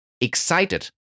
Excited